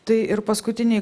tai ir paskutiniai